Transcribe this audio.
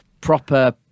proper